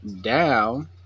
down